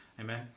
amen